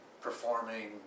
performing